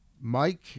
Mike